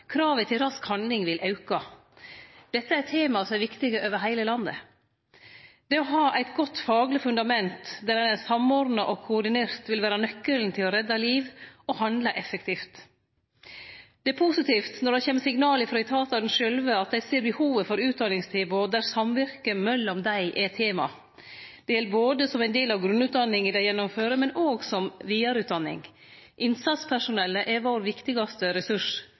kravet til samhandling på tvers av naudetatane auke. Rolleforståinga mellom etatane vert viktigare, krava til rask handling vil auke. Dette er tema som er viktige over heile landet. Det å ha eit godt fagleg fundament, der ein er samordna og koordinert, vil vere nøkkelen til å redde liv og handle effektivt. Det er positivt når det kjem signal frå etatane sjølve at dei ser behovet for utdanningstilbod der samvirke mellom dei er tema. Det gjeld som ein del av grunnutdanninga dei gjennomfører, men òg som vidareutdanning. Innsatspersonellet er vår viktigaste ressurs.